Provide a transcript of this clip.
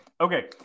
Okay